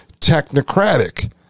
technocratic